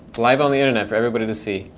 live on the internet for everybody to see.